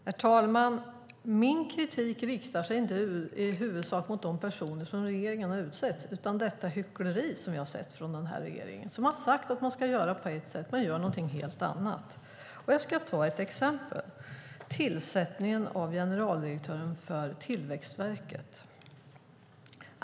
Herr talman! Min kritik riktar sig inte i huvudsak mot de personer som regeringen har utsett utan mot det hyckleri som vi ser från regeringen. Man har sagt att man ska göra på ett sätt, men gör något helt annat. Jag ska ge ett exempel: tillsättningen av generaldirektören för Tillväxtverket.